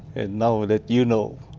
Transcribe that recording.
and now that you know,